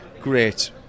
great